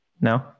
No